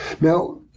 Now